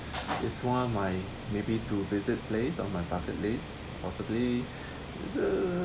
is one my maybe to visit place on my bucket list possibly is a